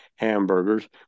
hamburgers